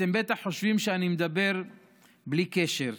אתם בטח חושבים שאני מדבר בלי קשר,